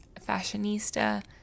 fashionista